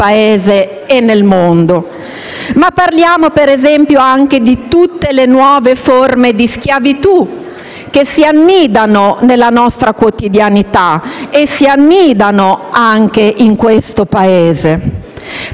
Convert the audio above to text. Paese e nel mondo, ma parliamo, per esempio, anche di tutte le nuove forme di schiavitù, che si annidano nella nostra quotidianità, anche nel nostro Paese.